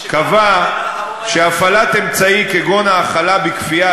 קבע שהפעלת אמצעי כגון האכלה בכפייה,